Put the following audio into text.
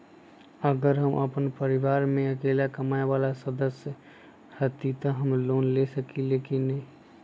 अगर हम अपन परिवार में अकेला कमाये वाला सदस्य हती त हम लोन ले सकेली की न?